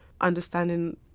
understanding